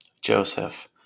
Joseph